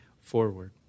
forward